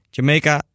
Jamaica